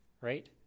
right